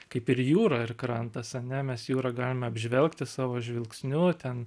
kaip ir jūra ir krantas ane mes jūrą galim apžvelgti savo žvilgsniu ten